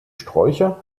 sträucher